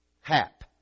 Hap